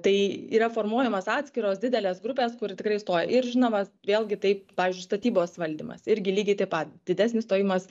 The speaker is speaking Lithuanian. tai yra formuojamos atskiros didelės grupės kur tikrai stoja ir žinoma vėlgi taip pavyzdžiui statybos valdymas irgi lygiai taip pat didesnis stojimas